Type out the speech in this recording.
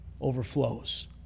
overflows